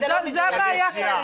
זאת הבעיה.